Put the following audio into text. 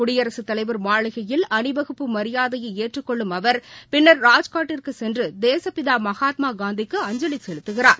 குடியரசுத் தலைவர் மாளிகையில் அணிவகுப்பு மரியாதையை ஏற்றுக் கொள்ளும் அவர் பின்னர் ராஜ்காட்டிற்குச் சென்று தேசுப்பிதா மகாத்மா காந்திக்கு அஞ்சலி செலுத்துகிறார்